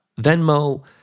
Venmo